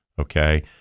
okay